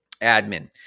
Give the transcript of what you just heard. admin